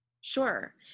Sure